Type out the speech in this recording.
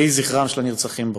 יהי זכרם של הנרצחים ברוך.